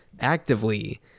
actively